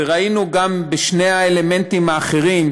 וראינו גם בשני האלמנטים האחרים,